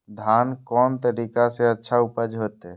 धान कोन तरीका से अच्छा उपज होते?